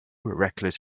reckless